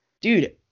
dude